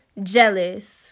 jealous